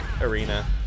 arena